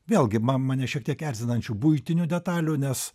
vėlgi ma mane šiek tiek erzinančių buitinių detalių nes